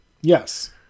yes